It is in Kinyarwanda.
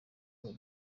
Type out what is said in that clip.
twe